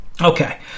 okay